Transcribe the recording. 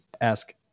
ask